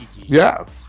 yes